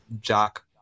jock